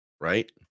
Right